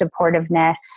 supportiveness